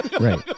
Right